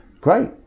Great